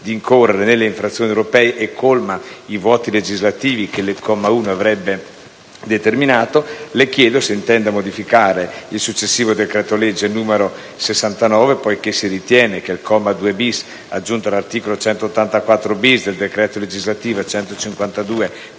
di incorrere nelle infrazioni europee e colma i vuoti legislativi che il comma 1 avrebbe determinato, le chiedo se intenda modificare il successivo decreto‑legge n. 69 del 2013, poiché si ritiene che il comma 2‑*bis*, aggiunto all'articolo 184‑*bis* del decreto legislativo n.